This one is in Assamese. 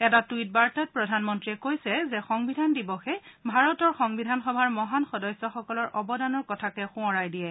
এটা টুইট বাৰ্তাত প্ৰধানমন্ত্ৰীয়ে কৈছে যে সংবিধান দিৱসে ভাৰতৰ সংবিধান সভাৰ মহান সদস্যসকলৰ অৱদানৰ কথাকে সোঁৱৰাই দিয়ে